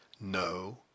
No